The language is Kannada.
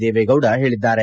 ದೇವೇಗೌಡ ಹೇಳಿದ್ದಾರೆ